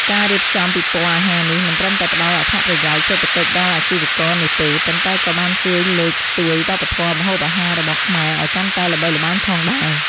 ការរៀបចំពិព័រណ៍អាហារនេះមិនត្រឹមតែផ្ដល់អត្ថប្រយោជន៍សេដ្ឋកិច្ចដល់អាជីវករនោះទេ ប៉ុន្តែក៏បានជួយលើកស្ទួយវប្បធម៌ម្ហូបអាហាររបស់ខ្មែរឲ្យកាន់តែល្បីល្បាញផងដែរ។